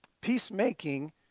Peacemaking